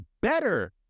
better